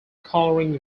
colouring